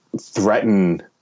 threaten